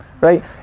Right